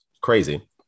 Crazy